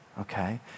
okay